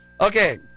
Okay